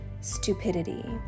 stupidity